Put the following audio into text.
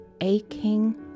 aching